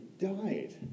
died